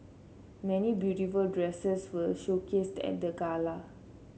many beautiful dresses were showcased at the gala